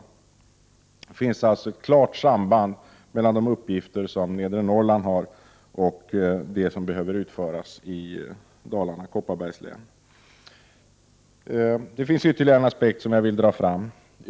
Det finns alltså ett klart samband mellan de uppgifter som Nedre Norrland har och det som behöver utföras i Dalarna och Kopparbergs län. Det finns ytterligare en aspekt som jag vill dra fram.